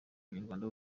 munyarwanda